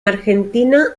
argentina